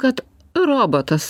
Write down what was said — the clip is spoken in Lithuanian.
kad robotas